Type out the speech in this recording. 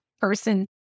person